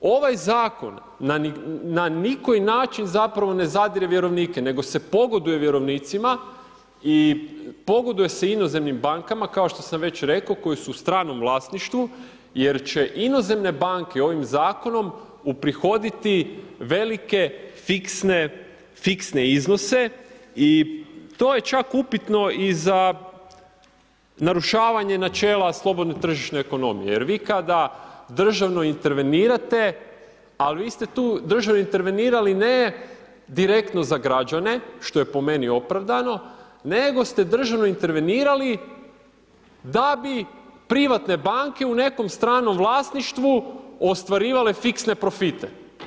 Ovaj zakon na nikoji način zapravo ne zadire vjerovnike nego se pogoduje vjerovnici i pogoduje se inozemnim bankama kao što sam već rekao, koje su u stranom vlasništvu jer će inozemne banke ovim zakonom uprihoditi velike fiksne iznose i toj čeka upitno i za narušavanje načela slobodne tržišne ekonomije jer vi kada državno intervenirate, ali vi ste tu u državi intervenirali ne direktno za građane, što je po meni opravdano, nego ste državno intervenirali da bi privatne banke u nekom stranom vlasništvu ostvarivale fiksne profite.